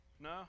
No